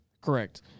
Correct